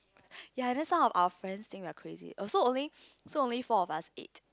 ya then some of our friends think we're crazy oh so only so only four of us ate